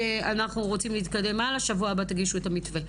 רוצים להתקדם הלאה, שבוע הבא תגישו את המתווה.